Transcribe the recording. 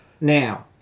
now